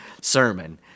sermon